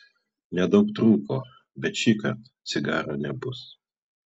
nedaug trūko bet šįkart cigaro nebus